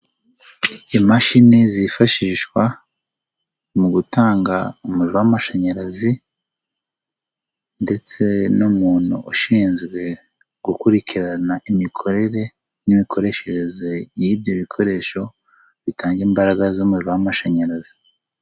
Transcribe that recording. Imashini zifashishwa mu gutanga umuriro w'amashanyarazi ndetse n'umuntu ushinzwe gukurikirana imikorere n'imikoreshereze y'ibyo bikoresho bitanga imbaraga z'umuriro w'amashanyarazi.